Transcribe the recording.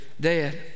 dead